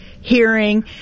hearing